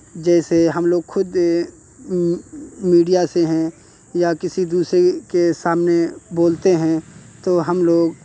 जैसे हम लोग खुद मीडिया से हैं या किसी दूसरे के सामने बोलते हैं तो हम लोग